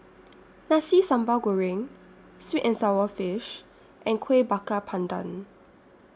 Nasi Sambal Goreng Sweet and Sour Fish and Kueh Bakar Pandan